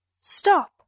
Stop